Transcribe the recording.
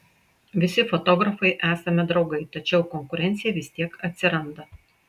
visi fotografai esame draugai tačiau konkurencija vis tiek atsiranda